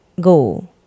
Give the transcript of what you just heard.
go